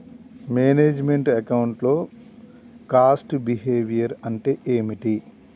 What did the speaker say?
Manage meant account లో cost behaviour అంటే ఏమిటి?